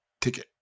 ticket